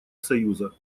союза